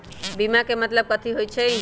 बीमा के मतलब कथी होई छई?